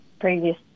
previous